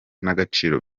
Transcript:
n’agaciro